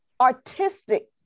artistic